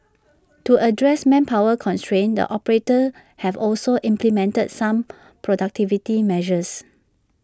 to address manpower constraints the operators have also implemented some productivity measures